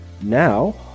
Now